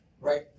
right